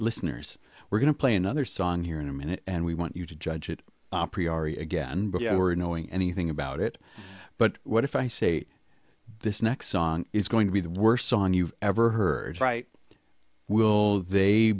listeners we're going to play another song here in a minute and we want you to judge it again but you know we're knowing anything about it but what if i say this next song is going to be the worst song you've ever heard right will they